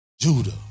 Judah